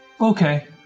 Okay